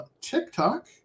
TikTok